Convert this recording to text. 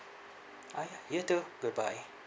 ah ya you too goodbye